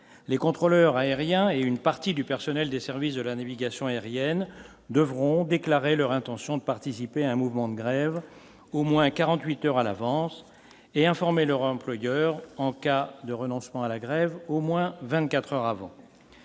les contrôleurs aériens et une partie du personnel des services de la navigation aérienne devront déclarer leur intention de participer à un mouvement de grève au moins 48 heures à l'avance et informer leur employeur en cas de renoncement à la grève au moins 24 heures avant.